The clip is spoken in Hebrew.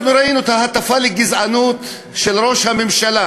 אנחנו ראינו את ההטפה לגזענות של ראש הממשלה,